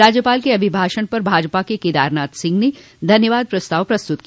राज्यपाल के अभिभाषण पर भाजपा के केदारनाथ सिंह ने धन्यवाद प्रस्ताव प्रस्तुत किया